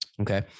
Okay